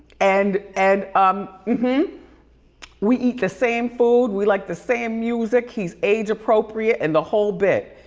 and and um you know we eat the same food, we like the same music he's age appropriate and the whole bit.